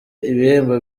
ibihembo